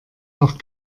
noch